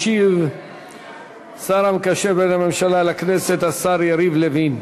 ישיב השר המקשר בין הממשלה לכנסת, השר יריב לוין.